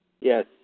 Yes